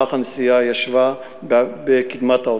היא ישבה בקדמת האוטובוס.